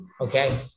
Okay